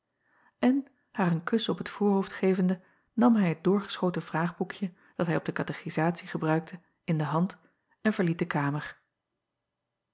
n haar een kus op het voorhoofd gevende nam hij het doorgeschoten vraagboekje dat hij op de katechisatie gebruikte in de hand en verliet de kamer